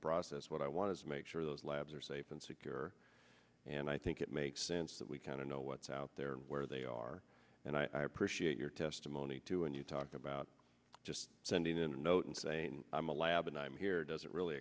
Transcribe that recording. process what i want is make sure those labs are safe and secure and i think it makes sense that we kind of know what's out there where they are and i appreciate your testimony too and you talk about just sending in a note and saying i'm a lab and i'm here doesn't really